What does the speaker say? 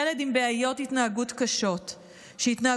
ילד עם בעיות התנהגות קשות שהתנהגותו